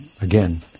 Again